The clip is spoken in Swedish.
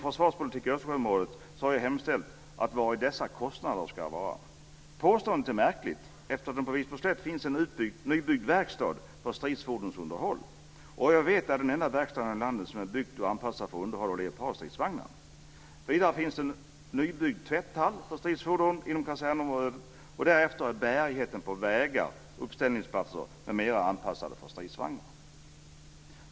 Östersjöområdet har jag hemställt om redovisning av vari dessa kostnader ska bestå. Påståendet är märkligt eftersom det på Wisborgsslätt finns en nybyggd verkstad för stridsfordonsunderhåll. Vad jag vet är det den enda verkstaden i landet som är anpassad för underhåll av Leopardstridsvagnar. Vidare finns en nybyggd tvätthall för stridsfordon inom kasernområdet. Därutöver är bärigheten på vägar, uppställningsplatser m.m. anpassad för stridsvagnar.